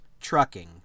Trucking